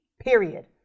period